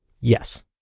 yes